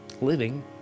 living